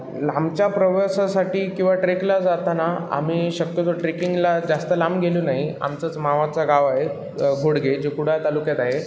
लांबचा प्रवासासाठी किंवा ट्रेकला जाताना आम्ही शक्यतो ट्रेकिंगला जास्त लांब गेलो नाही आमचंच मामाचा गाव आहे घोडगे जो कुडाळ तालुक्यात आहे